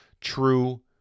true